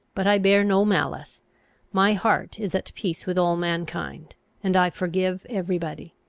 but i bear no malice my heart is at peace with all mankind and i forgive every body.